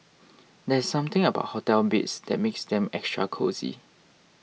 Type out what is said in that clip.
there's something about hotel beds that makes them extra cosy